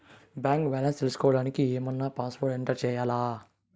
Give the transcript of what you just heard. Bank balance తెలుసుకోవడానికి ఏమన్నా password enter చేయాలా?